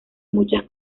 muchas